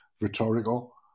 rhetorical